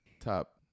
top